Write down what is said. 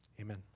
Amen